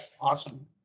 awesome